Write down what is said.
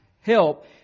help